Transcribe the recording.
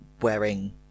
wearing